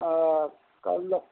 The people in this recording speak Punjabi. ਕੱਲ੍ਹ